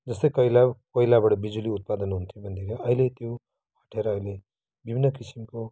जस्तै पहिला कोइलाबाट बिजुली उत्पादन हुन्थ्यो भनेदेखि अहिले त्यो हटेर अहिले विभिन्न किसिमको